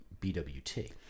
BWT